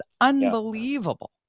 unbelievable